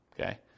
okay